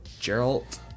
Gerald